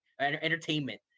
entertainment